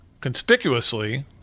conspicuously